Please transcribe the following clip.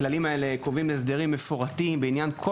הכללים האלה קובעים הסדרים מפורטים בעניין כל